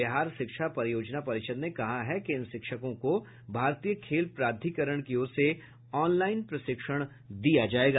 बिहार शिक्षा परियोजना परिषद ने कहा है कि इन शिक्षकों को भारतीय खेल प्राधिकरण की ओर से ऑनलाइन प्रशिक्षण दिया जायेगा